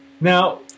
Now